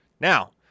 Now –